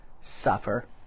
suffer